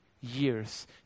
years